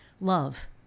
love